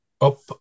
up